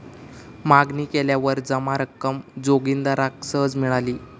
मागणी केल्यावर जमा रक्कम जोगिंदराक सहज मिळाली